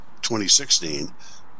2016